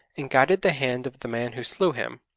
and guided the hand of the man who slew him.